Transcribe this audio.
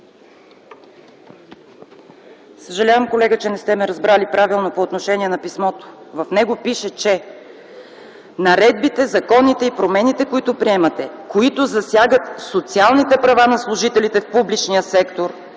Съжалявам, колега, че не сте ме разбрали правилно по отношение на писмото. В него пише, че наредбите, законите и промените, които приемате, които засягат социалните права на служителите в публичния сектор,